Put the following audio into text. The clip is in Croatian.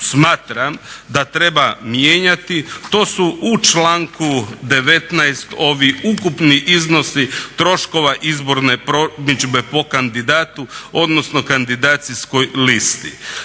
smatram da treba mijenjati, to su u članku 19.ovi ukupni iznosi troškova izborne promidžbe po kandidatu odnosno kandidacijskoj listi.